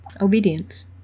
obedience